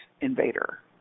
invader